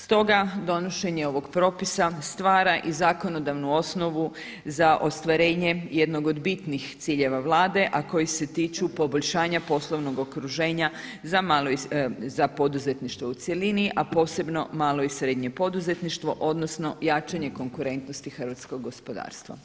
Stoga donošenje ovog propisa stvara i zakonodavnu osnovu za ostvarenje jednog od bitnih ciljeva Vlade a koji se tiču poboljšanja poslovnog okruženja za poduzetništvo u cjelini a posebno malo i srednje poduzetništvo odnosno jačanje konkurentnosti hrvatskog gospodarstva.